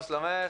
מה שלומך?